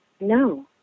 no